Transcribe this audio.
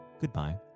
goodbye